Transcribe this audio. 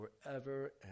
forever